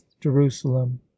Jerusalem